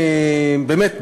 באמת,